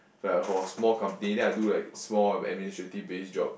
for like for like small company then I do like small administrative base job